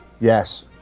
Yes